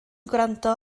gwrando